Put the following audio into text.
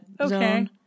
Okay